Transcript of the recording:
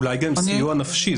אולי גם סיוע נפשי.